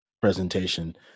presentation